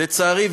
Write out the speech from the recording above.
לצערי,